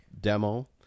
demo